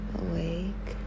awake